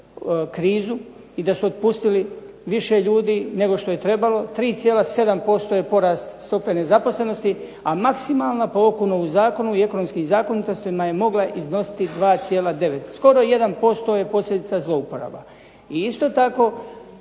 krizu i da su otpustili više ljudi nego što je trebalo 3,7% je porast stope nezaposlenosti, a maksimalna …/Ne razumije se./… u zakonu i ekonomskim zakonitostima je mogla iznositi 2,9. Skoro 1% je posljedica zlouporaba. I isto tako